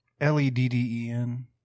L-E-D-D-E-N